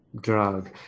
drug